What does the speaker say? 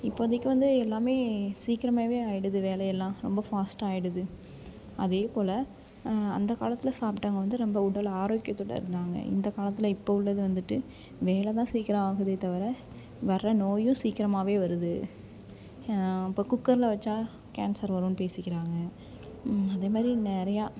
இப்போதைக்கு வந்து எல்லாம் சீக்கிரமாகவே ஆகிடுது வேலையெல்லாம் ரொம்ப ஃபாஸ்ட் ஆகிடுது அதே போல் அந்தக்காலத்தில் சாப்பிட்டவங்க வந்து ரொம்ப உடல் ஆரோக்கியத்தோடு இருந்தாங்க இந்தக்காலத்தில் இப்போ உள்ளது வந்துட்டு வேலை தான் சீக்கிரம் ஆகுதே தவிர வர்ற நோயும் சீக்கிரமாகவே வருது இப்போ குக்கரில் வைச்சா கேன்சர் வரும்னு பேசிக்கிறாங்க அதேமாதிரி நிறையா